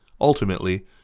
Ultimately